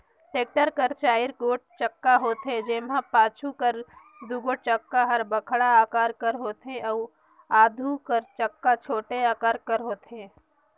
tractor कर चाएर गोट चक्का होथे, जेम्हा पाछू कर दुगोट चक्का हर बड़खा अकार कर होथे अउ आघु कर चक्का छोटे अकार कर होथे